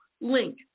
link